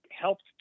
helped